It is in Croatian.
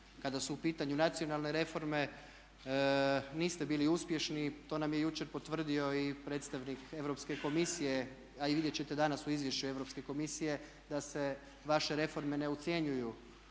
kada su u pitanju nacionalne reforme niste bili uspješni. To nam je jučer potvrdio i predstavnik Europske komisije, a vidjet ćete danas u izvješću Europske komisije, da se vaše reforme ne ocjenjuju